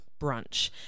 brunch